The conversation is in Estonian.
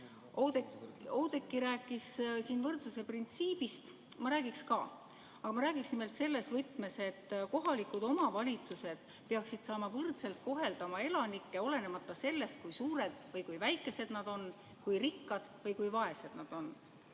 Oudekki rääkis siin võrdsuse printsiibist, ma räägiks ka. Aga ma räägiks nimelt selles võtmes, et kohalikud omavalitsused peaksid saama võrdselt kohelda oma elanikke, olenemata sellest, kui suured või väikesed nad on, kui rikkad või vaesed nad on.